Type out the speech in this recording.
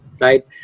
right